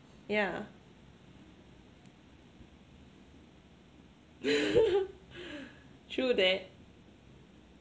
yeah true that